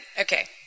okay